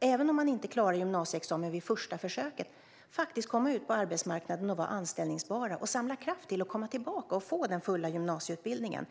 även om de inte klarar gymnasieexamen vid första försöket, att faktiskt komma ut på arbetsmarknaden och vara anställbara och samla kraft till att komma tillbaka och få den fulla gymnasieutbildningen.